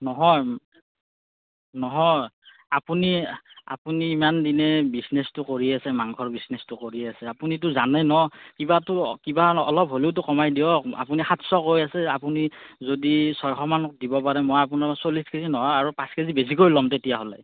নহয় নহয় আপুনি আপুনি ইমান দিনে বিজনেছটো কৰি আছে মাংসৰ বিজনেছটো কৰি আছে আপুনিতো জানে ন' কিবাতো কিবা অলপ হ'লেওতো কমাই দিয়ক আপুনি সাতশ কৈ আছে আপুনি যদি ছশমান দিব পাৰে মই আপোনাৰ চল্লিছ কেজি নহয় আৰু পাঁচকেজি বেছিকৈ ল'ম তেতিয়াহ'লে